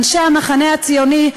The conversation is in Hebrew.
אנשי המחנה הציוני,